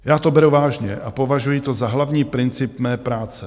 Já to beru vážně a považuji to za hlavní princip mé práce.